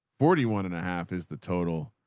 forty one and a half is the total.